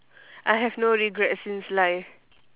I have no regrets since life